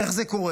איך זה קורה?